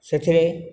ସେଥିରେ